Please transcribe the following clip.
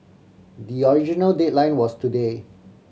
the original deadline was today